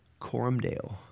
Corumdale